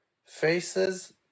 faces